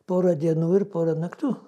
porą dienų ir porą naktų